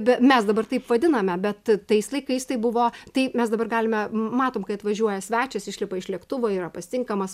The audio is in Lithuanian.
bet mes dabar taip vadiname bet tais laikais tai buvo tai mes dabar galime matom kai atvažiuoja svečias išlipa iš lėktuvo yra pasitinkamas